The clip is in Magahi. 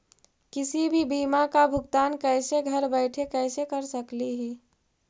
किसी भी बीमा का भुगतान कैसे घर बैठे कैसे कर स्कली ही?